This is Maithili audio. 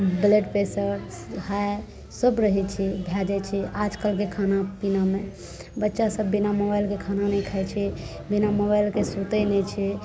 ब्लड प्रेशर हाइ सब रहै छै भए जाए छै आजकलके खानापिनामे बच्चासभ बिना मोबाइलके खाना नहि खाइ छै बिना मोबाइलके सुतै नहि छै